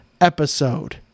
episode